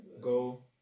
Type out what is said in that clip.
go